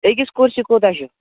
أکِس کُرسی کوٗتاہ چھُ